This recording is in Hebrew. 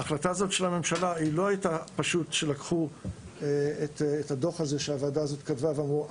ההחלטה הזאת של הממשלה היא לא תהליך שלקחו את הדוח של הוועדה ואמרו,